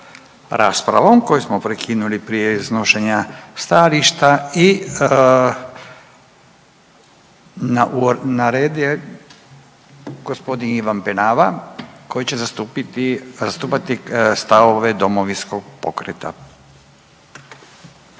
raspravom koju smo prekinuli prije iznošenja stajališta i na redu je gospodin Ivan Penava koji će zastupati stavove Domovinskog pokreta.